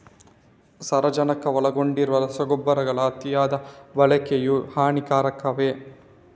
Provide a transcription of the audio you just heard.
ಸಾರಜನಕ ಒಳಗೊಂಡಿರುವ ರಸಗೊಬ್ಬರಗಳ ಅತಿಯಾದ ಬಳಕೆಯು ಹಾನಿಕಾರಕವೇ?